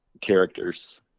characters